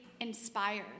inspired